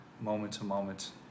moment-to-moment